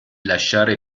lasciare